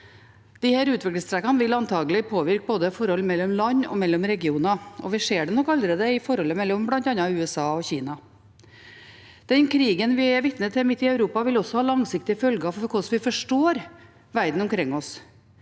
Disse utviklingstrekkene vil antagelig påvirke forhold både mellom land og mellom regioner, og vi ser det nok allerede i forholdet mellom bl.a. USA og Kina. Den krigen vi er vitne til midt i Europa, vil også ha langsiktige følger for hvordan vi forstår verden omkring oss.